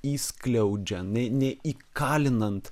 įskliaudžia ne neįkalinant